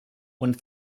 one